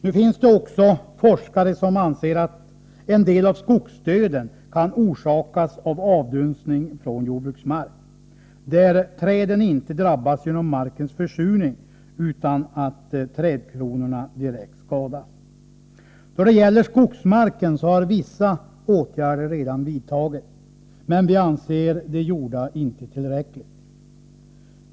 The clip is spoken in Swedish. Det finns numera också forskare som anser att en del av skogsdöden kan orsakas av avdunstning från jordbruksmark, där träden inte drabbas genom markens försurning, utan trädkronorna skadas direkt. I fråga om skogsmarken har vissa åtgärder redan vidtagits, men vi anser det gjorda inte vara tillräckligt.